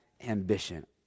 ambition